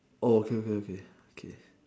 oh okay okay okay